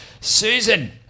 Susan